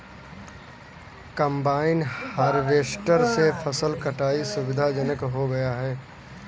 combine harvester से फसल कटाई सुविधाजनक हो गया है